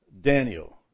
Daniel